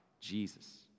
Jesus